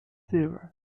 zero